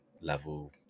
level